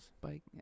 Bike